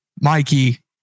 Mikey